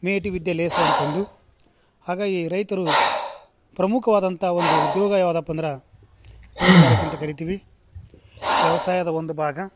ಮೇಟಿ ವಿದ್ಯಾ ಲೇಸು ಅಂತಂದು ಹಾಗಾಗಿ ರೈತರು ಪ್ರಮುಖವಾದಂಥ ಒಂದು ಉದ್ಯೋಗ ಯಾವ್ದಪ್ಪ ಅಂದ್ರ ತೋಟಗಾರಿಕೆ ಅಂತ ಕರಿತೀವಿ ವ್ಯವಸಾಯದ ಒಂದು ಭಾಗ